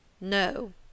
No